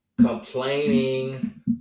complaining